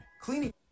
cleaning